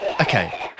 Okay